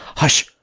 hush,